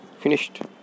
finished